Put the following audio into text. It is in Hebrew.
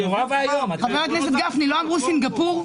חבר הכנסת גפני, לא אמרו סינגפור?